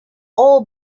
all